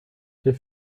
der